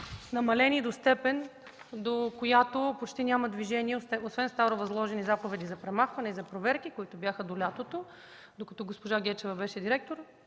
намалени до степен, при която почти няма движение, освен стари възложени заповеди за премахване и проверки, които бяха до лятото. Докато госпожа Гечева беше директор,